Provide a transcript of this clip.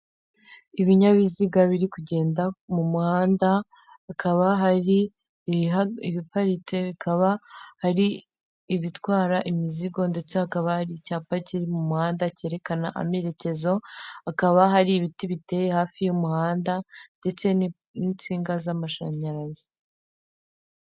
Ibinyabiziga biri kugenda mu muhanda, hakaba hari ibiparitse, hakaba hari ibitwara imizigo, ndetse hakaba ari icyapa kiri mu muhanda cyerekana amerekezo, hakaba hari ibiti biteye hafi y'umuhanda ndetse n'insinga z'amashanyarazi.